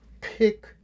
pick